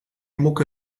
mucke